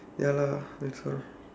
ya lah that's all